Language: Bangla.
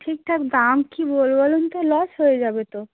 ঠিকঠাক দাম কী বলব বলুন তো লস হয়ে যাবে তো